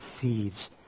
thieves